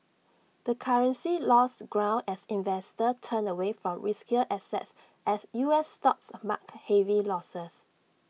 the currency lost ground as investors turned away from riskier assets as U S stocks marked heavy losses